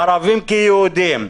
ערבים כיהודים,